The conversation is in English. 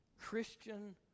Christian